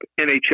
NHL